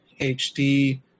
HD